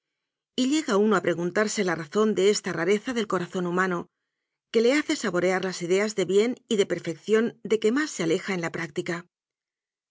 llega uno a preguntar se la razón de esta rareza del corazón humano que le hace saborear las ideas de bien y de perfec ción de que más se aleja en la práctica